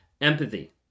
empathy